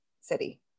city